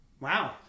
Wow